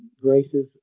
graces